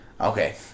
Okay